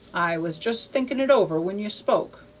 i was just thinking it over when you spoke.